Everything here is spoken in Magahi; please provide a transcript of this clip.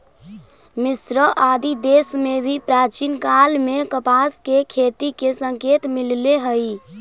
मिस्र आदि देश में भी प्राचीन काल में कपास के खेती के संकेत मिलले हई